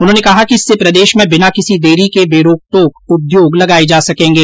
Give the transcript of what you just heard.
उन्होंने कहा कि इससे प्रदेश मे बिना किसी देरी के बेरोकटोक उद्योग लगाए जा सकेंगे